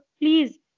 please